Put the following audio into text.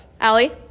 Allie